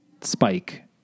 spike